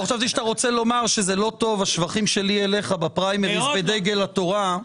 חשבתי שתאמר שזה לא טוב השבחים שלי אליך לפריימריז בדגל התורה.